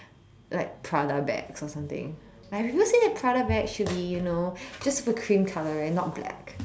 like Prada bags or something like have you seen a Prada bags should be you know just for a cream colour and not black